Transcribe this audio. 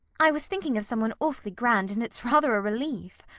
i was thinking of someone awfully grand, and it's rather a relief.